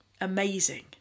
amazing